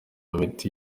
imiti